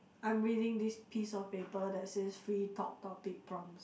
I'm reading this piece of paper that says free talk topic prompts